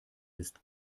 ist